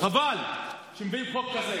חבל שמביאים חוק כזה.